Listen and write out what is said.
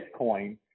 Bitcoin